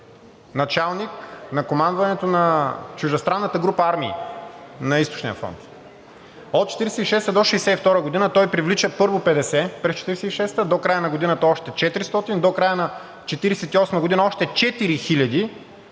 началник на командването на чуждестранната група армии на Източния фронт. От 1946 до 1962 г. той привлича първо 50 през 1946 г., до края на годината още 400, до края на 1948 г. още